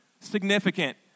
significant